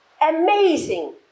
amazing